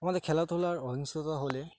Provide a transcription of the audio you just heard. আমাদের খেলাধুলার অহিংসতা হলে